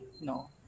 no